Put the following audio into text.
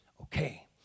Okay